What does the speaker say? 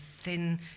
Thin